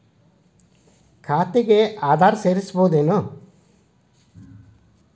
ಖಾತೆಗೆ ಆಧಾರ್ ಸೇರಿಸಬಹುದೇನೂ?